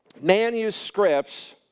manuscripts